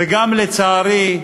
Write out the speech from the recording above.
וגם, לצערי,